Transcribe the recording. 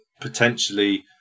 potentially